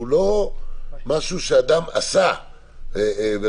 זה דבר שנראה לי שאם מישהו משנה משהו בתוך המפעל והוא